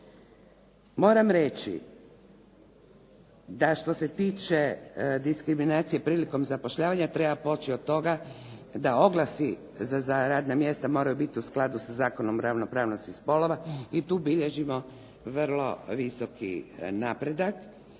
Moram reći da što se tiče diskriminacije prilikom zapošljavanja, treba poći od toga da oglasi za radna mjesta moraju biti u skladu sa Zakonom o ravnopravnosti spolova i tu bilježimo vrlo visoki napredak